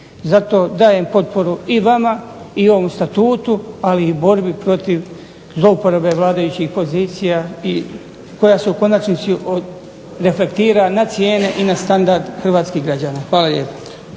Zato dajem potporu i vama i ovom statutu, ali i borbi protiv zlouporabe vladajućih pozicija i koja se u konačnici reflektira na cijene i na standard hrvatskih građana. Hvala lijepa.